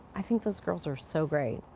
i think those girls are so great.